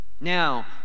Now